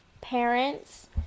parents